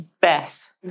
Beth